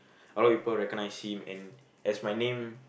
a lot people recognize him and as my name